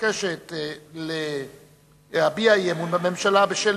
המבקשת להביע אי-אמון בממשלה בשל